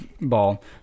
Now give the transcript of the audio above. ball